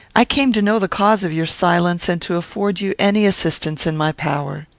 i came to know the cause of your silence, and to afford you any assistance in my power.